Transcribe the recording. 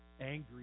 angry